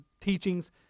teachings